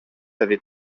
avez